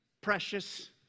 Precious